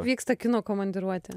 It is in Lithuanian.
vyksta kino komandiruotė